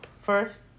first